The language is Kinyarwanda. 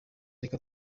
reka